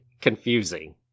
confusing